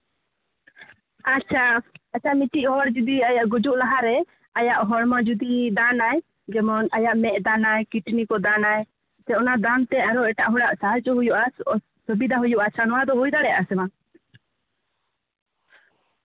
ᱟᱪᱪᱷᱟ ᱟᱪᱪᱷᱟ ᱢᱤᱫᱴᱤᱡ ᱦᱚᱲ ᱡᱩᱫᱤ ᱟᱭᱟᱜ ᱜᱩᱡᱩᱜ ᱞᱟᱦᱟ ᱨᱮ ᱟᱭᱟᱜ ᱦᱚᱲᱢᱚ ᱡᱩᱫᱤᱭ ᱫᱟᱱᱟ ᱡᱮᱢᱚᱱ ᱟᱭᱟᱜ ᱢᱮᱫ ᱫᱟᱱᱟᱭ ᱠᱤᱰᱱᱤ ᱠᱚ ᱫᱟᱱᱟᱭ ᱥᱮ ᱚᱱᱟ ᱫᱟᱱ ᱛᱮ ᱟᱨᱚ ᱮᱴᱟᱜ ᱦᱚᱲᱟᱜ ᱥᱟᱦᱟᱡᱽᱡᱚ ᱦᱩᱭᱩᱜᱼᱟ ᱥᱩᱵᱤᱫᱟ ᱦᱩᱭᱩᱜᱼᱟ ᱟᱪᱪᱷᱟ ᱱᱚᱣᱟ ᱫᱚ ᱦᱩᱭ ᱫᱟᱲᱮᱭᱟᱜᱼᱟ ᱥᱮ ᱵᱟᱝ